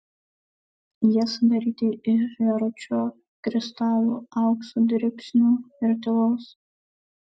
jie sudaryti iš žėručio kristalų aukso dribsnių ir tylos